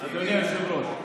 אדוני היושב-ראש,